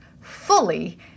fully